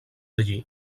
allí